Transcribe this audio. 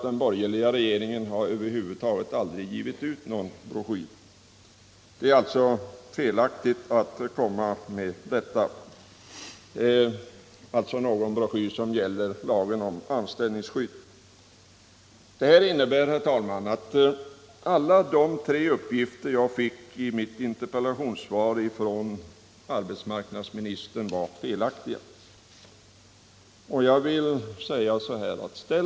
Den borgerliga regeringen har över huvud taget aldrig givit ut någon broschyr som gäller lagen om anställningsskydd. Detta innebär, herr talman, att alla de tre uppgifter jag fick från arbetsmarknadsministern i svaret på min interpellation var felaktiga.